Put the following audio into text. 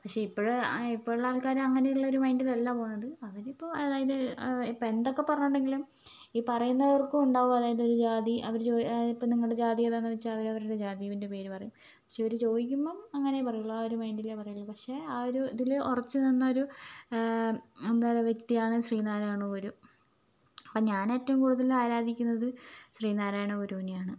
പക്ഷെ ഇപ്പോഴ് ഇപ്പോഴുള്ള ആൾക്കാർ അങ്ങനെ ഉള്ള ഒരു മൈൻ്റിലല്ല പോകുന്നത് അവരിപ്പോൾ അതായത് ഇപ്പോൾ എന്തൊക്കെ പറഞ്ഞിട്ടുണ്ടെങ്കിലും ഈ പറയുന്നവർക്കും ഉണ്ടാവും അതായത് ഒരു ജാതി അവർ അതായത് ഇപ്പോൾ നിങ്ങളുടെ ജാതിയേതാണെന്നു ചോദിച്ചാൽ അവർ അവരുടെ ജാതീൻ്റെ പേരു പറയും പക്ഷെ ഇവർ ചോദിക്കുമ്പം അങ്ങനെയേ പറയുള്ളു ആ ഒരു മൈൻ്റിലേ പറയുള്ളു പക്ഷെ ആ ഒരു ഇതിൽ ഉറച്ചുനിന്ന ഒരു എന്താ പറയുക വ്യക്തിയാണ് ശ്രീ നാരായണ ഗുരു അപ്പോൾ ഞാനേറ്റവും കൂടുതൽ ആരാധിക്കുന്നത് ശ്രീ നാരായണ ഗുരുവിനെയാണ്